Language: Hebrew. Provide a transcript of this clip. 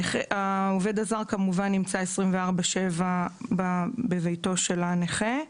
העובד הזר נמצא 24/7 בביתו של הנכה,